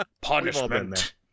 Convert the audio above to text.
punishment